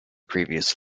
previous